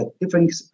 different